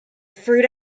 fruit